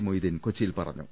മൊയ്തീൻ കൊച്ചിയിൽ പറഞ്ഞു